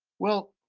well,